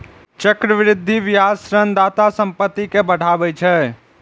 चक्रवृद्धि ब्याज ऋणदाताक संपत्ति कें बढ़ाबै छै